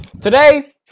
today